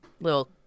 little